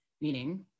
meaning